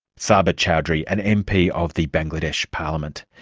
saber chowdery. an mp of the bangladesh parliament.